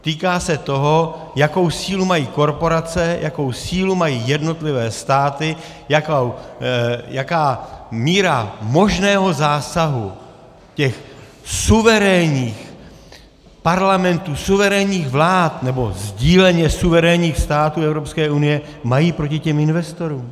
Týká se toho, jakou sílu mají korporace, jakou sílu mají jednotlivé státy, jaká míra možného zásahu těch suverénních parlamentů, suverénních vlád nebo sdíleně suverénních států Evropské unie, mají proti těm investorům.